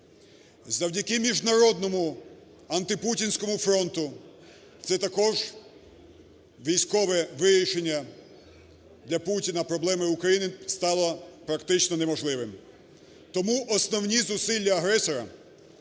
Завдяки міжнародному антипутінському фронту це також військове вирішення для Путіна проблеми України стало практично неможливим, тому основні зусилля агресора